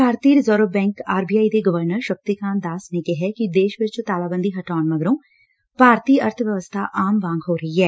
Bharatiya reserve bank R B I ਦੇ governor Shaktikanta Das ਨੇ ਕਿਹੈ ਦੇਸ਼ ਵਿਚ ਤਾਲਾਬੰਦੀ ਹਟਾਉਣ ਮਗਰੋਂ ਭਾਰਤੀ ਅਰਥ ਵਿਵਸਬਾ ਆਮ ਵਾਂਗ ਹੋ ਰਹੀ ਐ